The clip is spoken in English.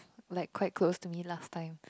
like quite close to me last time